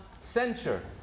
censure